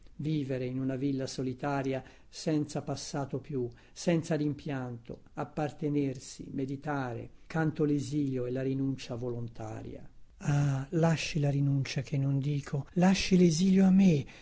vivere in una villa solitaria senza passato più senza rimpianto appartenersi meditare canto lesilio e la rinuncia volontaria ah lasci la rinuncia che non dico lasci lesilio a me